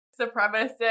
supremacist